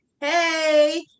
hey